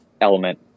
element